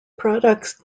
products